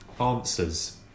Answers